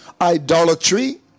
Idolatry